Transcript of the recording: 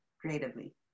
creatively